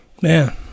Man